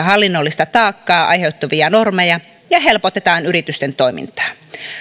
hallinnollista taakkaa aiheuttavia normeja ja helpotetaan yritysten toimintaa